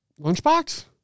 lunchbox